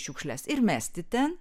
šiukšles ir mesti ten